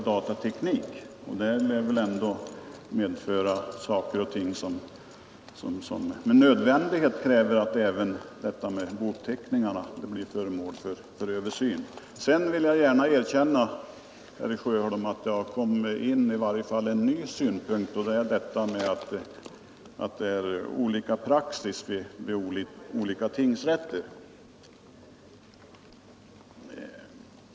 Det lär medföra saker och ting som med nödvändighet kräver att även detta med bouppteckningarna blir föremål för översyn Sedan vill jag gärna erkänna, herr Sjöholm, att det har kommit in i varje fall en ny synpunkt, nämligen att det är olika praxis vid olika tingsrätter.